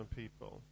people